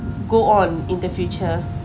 go on in the future